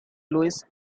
louis